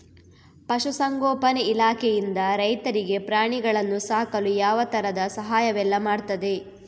ಪಶುಸಂಗೋಪನೆ ಇಲಾಖೆಯಿಂದ ರೈತರಿಗೆ ಪ್ರಾಣಿಗಳನ್ನು ಸಾಕಲು ಯಾವ ತರದ ಸಹಾಯವೆಲ್ಲ ಮಾಡ್ತದೆ?